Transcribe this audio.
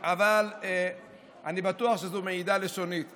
אבל אני בטוח שזו מעידה לשונית.